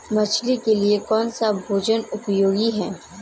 मछली के लिए कौन सा भोजन उपयोगी है?